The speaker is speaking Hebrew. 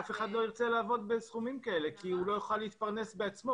אף אחד לא ירצה לעבוד בסכומים כאלה כי הוא לא יוכל להתפרנס בעצמו,